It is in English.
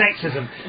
sexism